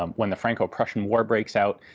um when the franco-prussian war breaks out